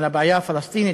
על הבעיה הפלסטינית,